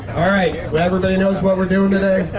alright, well everybody knows what we're doing today?